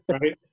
right